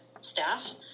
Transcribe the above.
staff